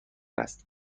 است